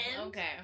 okay